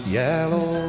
yellow